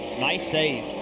nice save.